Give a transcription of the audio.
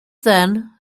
then